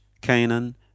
Canaan